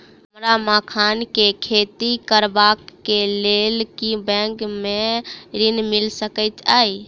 हमरा मखान केँ खेती करबाक केँ लेल की बैंक मै ऋण मिल सकैत अई?